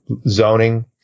zoning